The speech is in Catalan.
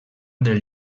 del